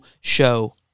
show